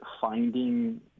finding